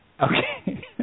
Okay